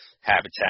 habitat